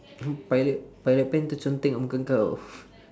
pilot pilot pen terconteng kat muka kau